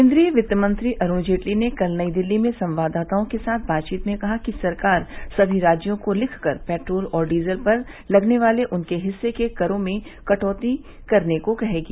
केन्द्रीय क्तिमंत्री अरुण जेटली ने कल नई दिल्ली में संवाददाताओं के साथ बातवीत में कहा कि सरकार सभी राज्यों को लिखकर पेट्रोल और डीजल पर लगने वाले उनके हिस्से के करों में कटौती करने को कहेगी